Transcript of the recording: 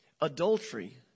adultery